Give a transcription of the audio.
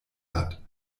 hat